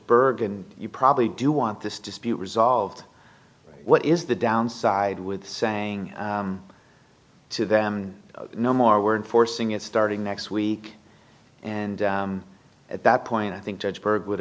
bergen you probably do want this dispute resolved what is the downside with saying to them no more were enforcing it starting next week and at that point i think judge berg would